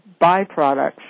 byproducts